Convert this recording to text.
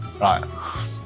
Right